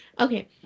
Okay